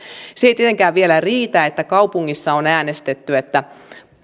se ei tietenkään vielä riitä että kaupungissa on äänestetty